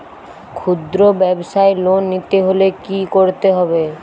খুদ্রব্যাবসায় লোন নিতে হলে কি করতে হবে?